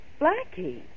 Blackie